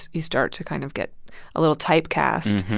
you start to kind of get a little typecast.